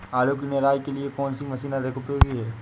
आलू की निराई के लिए कौन सी मशीन अधिक उपयोगी है?